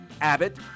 Abbott